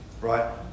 Right